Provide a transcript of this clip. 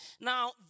Now